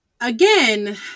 Again